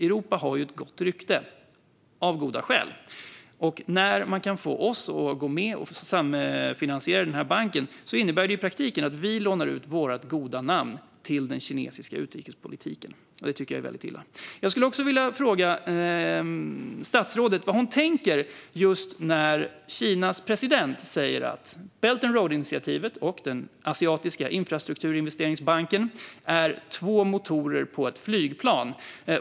Europa har av goda skäl ett gott rykte, och när man kan få oss att samfinansiera denna bank innebär det i praktiken att vi lånar ut vårt goda namn till den kinesiska utrikespolitiken, vilket är illa. Vad tänker statsrådet när Kinas president säger att Belt and Road-initiativet och Asiatiska infrastrukturinvesteringsbanken är två motorer på ett flygplan?